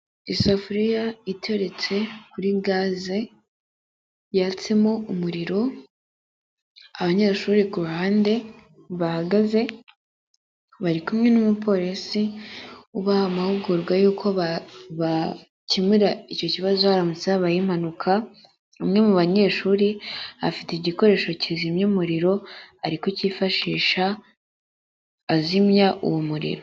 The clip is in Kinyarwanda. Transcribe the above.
isafuriya iteretse kuri gaze yatsemo umuriro abanyeshuri ku ruhande bahagaze bari kumwe n'umupolisi ubaha amahugurwa y'uko bakemura icyo kibazo haramutse habayeho impanuka umwe mu banyeshuri afite igikoresho kizimya umuriro ari kukifashisha azimya uwo muriro.